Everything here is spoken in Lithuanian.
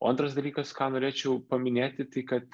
o antras dalykas ką norėčiau paminėti tai kad